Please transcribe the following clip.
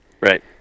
Right